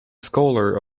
scholar